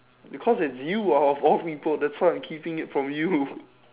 because it's you out of all people that's why I'm keeping it from you